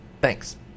Thanks